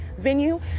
venue